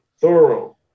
Thorough